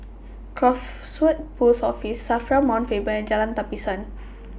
Crawford Post Office SAFRA Mount Faber and Jalan Tapisan